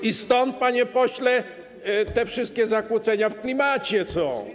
I stąd, panie pośle, te wszystkie zakłócenia w klimacie są.